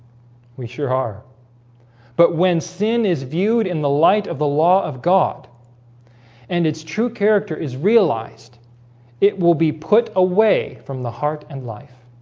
we sure are but when sin is viewed in the light of the law of god and its true character is realized it will be put away from the heart and life